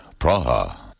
Praha